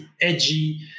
edgy